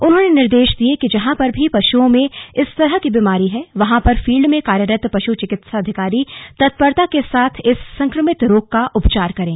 उन्होंने निर्देश दिये कि जहां पर भी पशुओं में इस तरह की बीमारी है वहां पर फील्ड में कार्यरत पशु चिकित्सा अधिकारी तत्परता के साथ इस संक्रमित रोग का उपचार करें